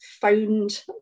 found